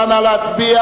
כן.